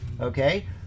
okay